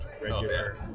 regular